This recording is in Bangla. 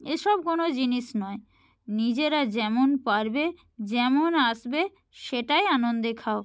এসব কোনো জিনিস নয় নিজেরা যেমন পারবে যেমন আসবে সেটাই আনন্দে খাও